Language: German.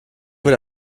wird